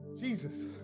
Jesus